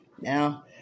Now